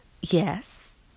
yes